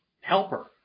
helper